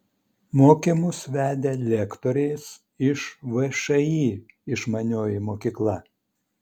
mokymus vedė lektorės iš všį išmanioji mokykla